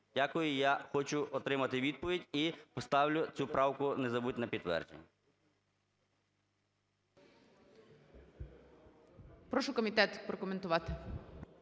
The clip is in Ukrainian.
Дякую. Я хочу отримати відповідь і ставлю цю правку, не забудьте, на підтвердження.